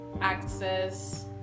access